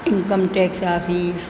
income tax office